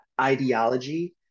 ideology